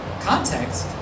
context